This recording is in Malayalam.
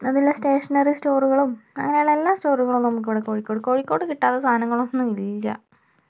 അതിലെ സ്റ്റേഷനറി സ്റ്റോറുകളും അങ്ങനെ എല്ലാ സ്റ്റോറുകളും നമുക്ക് ഇവിടെ കോഴിക്കോട് കോഴിക്കോട് കിട്ടാത്ത സാധനങ്ങളൊന്നുമില്ല